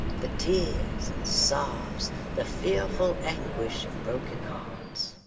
the tears and sobs the fearful anguish of broken hearts.